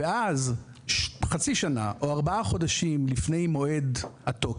ואז חצי שנה או ארבעה חודשים לפני התוקף